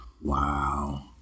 Wow